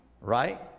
right